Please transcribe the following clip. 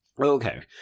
okay